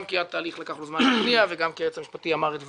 גם כי לקח זמן לתהליך להתניע וגם כי היועץ המשפטי אמר את דברו,